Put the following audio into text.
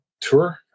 tour